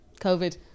COVID